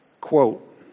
Quote